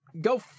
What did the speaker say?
go